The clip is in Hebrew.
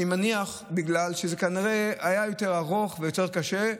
אני מניח שזה בגלל שזה היה יותר ארוך ויותר קשה.